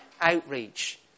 outreach